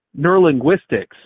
neurolinguistics